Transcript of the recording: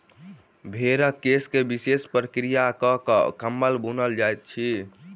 भेंड़क केश के विशेष प्रक्रिया क के कम्बल बुनल जाइत छै